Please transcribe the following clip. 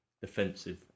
defensive